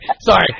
sorry